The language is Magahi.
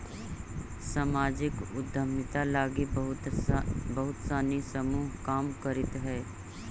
सामाजिक उद्यमिता लगी बहुत सानी समूह काम करित हई